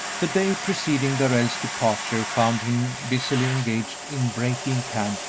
the day preceding darrell's departure found him busily engaged in breaking camp,